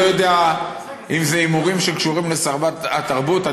אני לא יודע אם זה הימורים שקשורים לשרת התרבות.